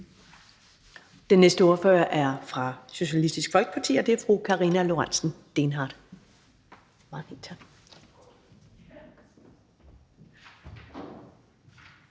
Den næste ordfører er fra Socialistisk Folkeparti, og det er fru Karina Lorentzen Dehnhardt.